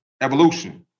evolution